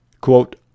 Quote